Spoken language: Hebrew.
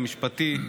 המשפטי,